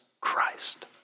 Christ